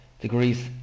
degrees